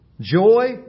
joy